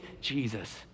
Jesus